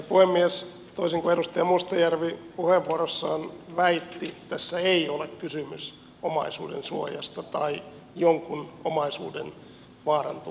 toisin kuin edustaja mustajärvi puheenvuorossaan väitti tässä ei ole kysymys omaisuudensuojasta tai jonkun omaisuuden vaarantumisesta